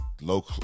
low